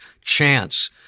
chance